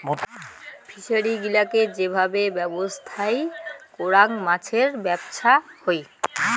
fishery গিলাকে যে ভাবে ব্যবছস্থাই করাং মাছের ব্যবছা হই